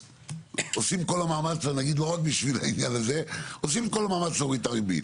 עושים את כל המאמץ בשביל להוריד את הריבית,